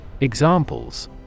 Examples